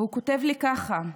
והוא כותב לי כך: